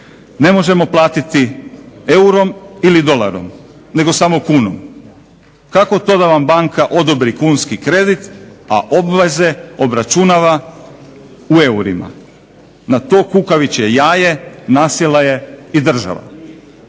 ne možemo platiti eurom ili dolarom, nego samo kunom. Kako to da vam banka odobri kunski kredit, a obveze obračunava u eurima. Na to kukavičje jaje nasjela je i država